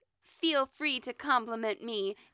feel-free-to-compliment-me